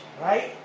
right